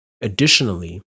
additionally